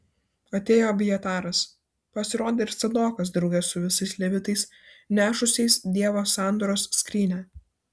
atėjo abjataras pasirodė ir cadokas drauge su visais levitais nešusiais dievo sandoros skrynią